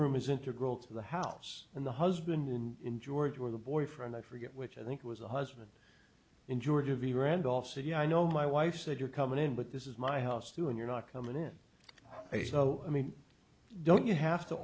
room is integral to the house and the husband in georgia or the boyfriend i forget which i think was a husband in georgia v randolph said yeah i know my wife said you're coming in but this is my house too and you're not coming in i said oh i mean don't you have to